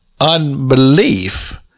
unbelief